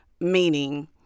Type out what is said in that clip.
Meaning